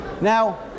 Now